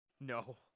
No